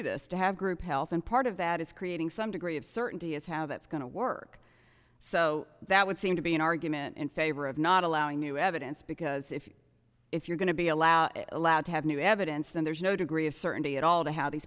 this to have group health and part of that is creating some degree of certainty is how that's going to work so that would seem to be an argument in favor of not allowing new evidence because if you if you're going to be allowed allowed to have new evidence then there's no degree of certainty at all to how these